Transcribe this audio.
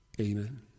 Amen